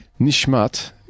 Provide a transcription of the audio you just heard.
Nishmat